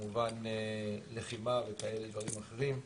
כמובן בלחימה וכל מיני דברים אחרים.